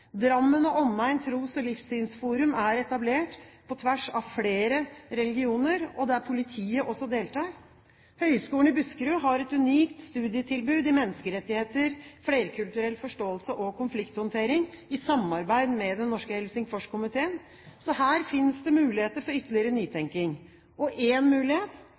Drammen og omegn tros- og livssynsforum er etablert på tvers av flere religioner, og der politiet også deltar. Høgskolen i Buskerud har et unikt studietilbud i menneskerettigheter, flerkulturell forståelse og konflikthåndtering i samarbeid med Den norske Helsingforskomiteen. Så her fins det muligheter for ytterligere nytenking. Én mulighet kan være obligatorisk opplæring i norsk og